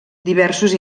diversos